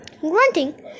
Grunting